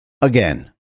Again